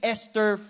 Esther